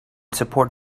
support